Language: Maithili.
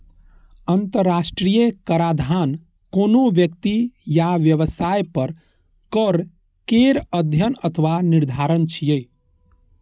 अंतरराष्ट्रीय कराधान कोनो व्यक्ति या व्यवसाय पर कर केर अध्ययन अथवा निर्धारण छियै